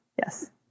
yes